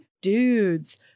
dudes